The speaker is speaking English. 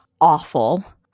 awful